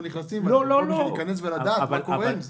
נכנסים אז --- להיכנס ולדעת מה קורה עם זה.